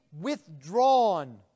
withdrawn